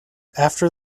after